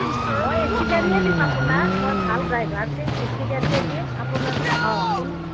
অঁ মই A C গাড়ীয়ে দিম আপোনাক মই ভাল ড্ৰাইভাৰ দিম এ চি গাড়ীয়ে দিম আপোনাৰ অঁ কোনো